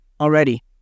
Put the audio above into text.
Already